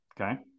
Okay